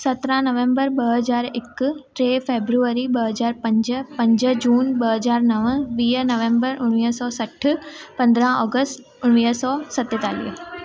सत्रहं नवंबर ॿ हज़ार हिकु टे फेबररी ॿ हज़ार पंज पंज जून ॿ हज़ार नव वीह नवंबर उणिवीह सौ सठि पंद्रहं अगस्त उणिवीह सौ सतेतालीह